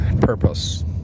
purpose